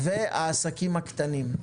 והעסקים הקטנים.